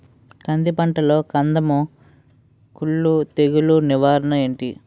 కంది పంటలో కందము కుల్లు తెగులు నివారణ ఏంటి?